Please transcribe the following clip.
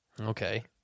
Okay